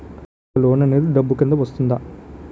నాకు లోన్ అనేది డబ్బు కిందా వస్తుందా?